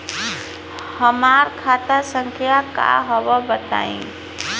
हमार खाता संख्या का हव बताई?